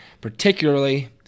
particularly